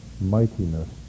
mightiness